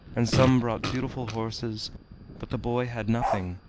and some brought beautiful horses but the boy had nothing,